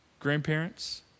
Grandparents